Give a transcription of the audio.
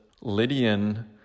Lydian